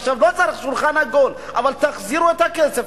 עכשיו לא צריך שולחן עגול, אבל תחזירו את הכסף.